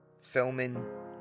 filming